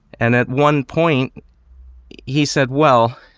and at one point he said, well,